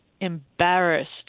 embarrassed